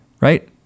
right